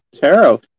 tarot